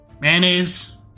Mayonnaise